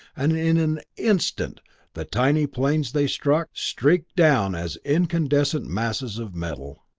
and in an instant the tiny planes they struck streaked down as incandescent masses of metal.